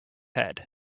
head